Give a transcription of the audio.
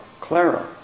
Clara